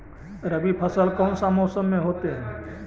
रवि फसल कौन सा मौसम में होते हैं?